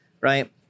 right